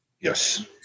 yes